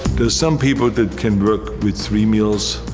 there's some people that can work with three meals.